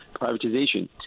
privatization